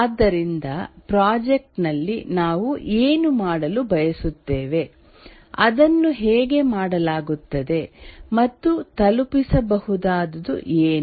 ಆದ್ದರಿಂದ ಪ್ರಾಜೆಕ್ಟ್ ನಲ್ಲಿ ನಾವು ಏನು ಮಾಡಲು ಬಯಸುತ್ತೇವೆ ಅದನ್ನು ಹೇಗೆ ಮಾಡಲಾಗುತ್ತದೆ ಮತ್ತು ತಲುಪಿಸಬಹುದಾದದು ಏನು